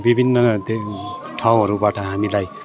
विभिन्न ठाउँहरूबाट हामीलाई